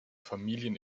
familien